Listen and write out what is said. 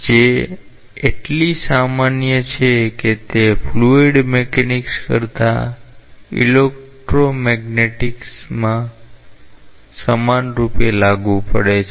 જે એટલી સામાન્ય છે કે તે ફ્લુઇડ મિકેનિક્સ કરતાં ઇલેક્ટ્રોમેગ્નેટિક્સમાં સમાનરૂપે લાગુ પડે છે